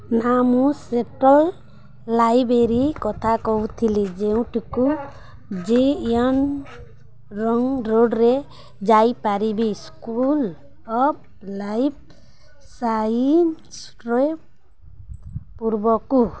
ନା ମୁଁ central library କଥା କହୁଥିଲି ଯେଉଁଠିକୁ ଜେ ୟନ୍ ୟୁ ରିଙ୍ଗ୍ ରୋଡ଼୍ରେ ଯାଇପାରିବି ସ୍କୁଲ୍ ଅଫ୍ ଲାଇଫ୍ ସାଇଷ୍ଟ୍ରେ ପୂର୍ବକୁ